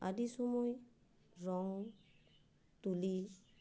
ᱟᱹᱰᱤ ᱥᱳᱢᱳᱭ ᱨᱚᱝ ᱛᱩᱞᱤ